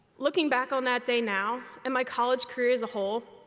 looking back on that day now and my college career as a whole,